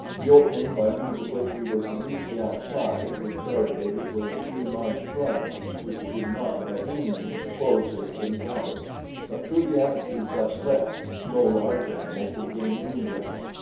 the opening by means of which we were to reach the outside was barricaded with a few large fragments which did not by any means close it entirely but through the apertures thus left no large animal could gain ingress.